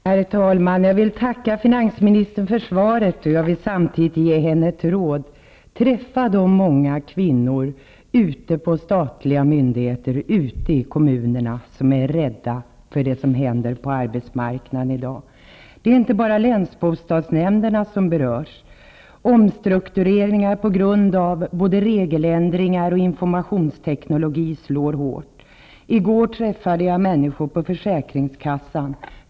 Herr talman! Jag tackar finansministern för svaret och vill samtidigt ge henne ett råd: Träffa de många kvinnor ute på statliga myndigheter, ute i kommunerna som är rädda för det som händer på arbetsmarknaden i dag. Inte bara länsbostadsnämnderna berörs. Omstruktureringar på grund av både regeländringar och informationsteknologi slår hårt. I går träffade jag människor på försäkringskassan.